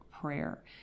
prayer